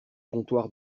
comptoir